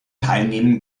teilnehmen